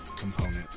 component